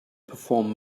perform